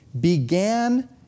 began